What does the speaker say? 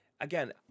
again